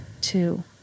two